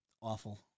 Awful